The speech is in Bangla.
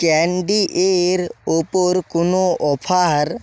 ক্যান্ডি এর ওপর কোনো অফার